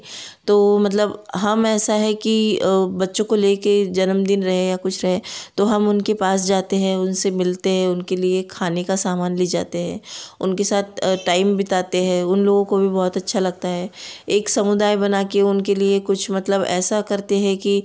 तो मतलब हम ऐसा है कि बच्चों को लेकर जन्मदिन रहे या कुछ रहे तो हम उनके पास जाते हैं उनसे मिलते हैं उनके लिए खाने का सामान ले जाते हैं उनके साथ टाइम बिताते हैं उन लोगों को भी बहुत अच्छा लगता है एक समुदाय बनाकर उनके लिए कुछ मतलब ऐसा करते हैं कि